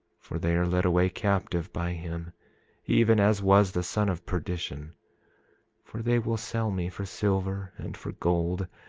for they are led away captive by him even as was the son of perdition for they will sell me for silver and for gold,